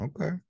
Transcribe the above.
Okay